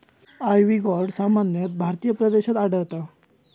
ivy gourd सामान्यतः भारतीय प्रदेशात आढळता